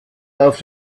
auf